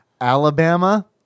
Alabama